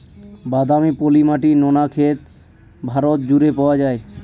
বাদামি, পলি মাটি, নোনা ক্ষেত ভারত জুড়ে পাওয়া যায়